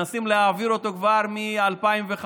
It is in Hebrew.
לדעתי, מנסים להעביר אותו כבר מ-2005,